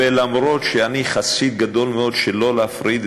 ואף שאני חסיד גדול מאוד של לא להפריד,